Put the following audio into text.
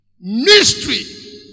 Mystery